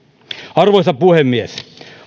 arvoisa puhemies